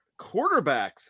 quarterbacks